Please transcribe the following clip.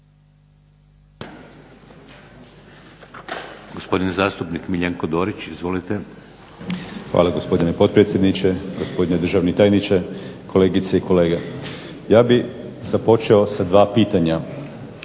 Hvala gospodine potpredsjedniče. Gospodine državni tajniče, kolegice i kolege zastupnici. Ja bih započeo sa dva pitanja.